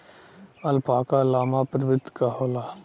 alpaca llama प्रवृत्ति क होला